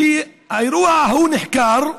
כשהאירוע ההוא נחקר,